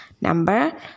Number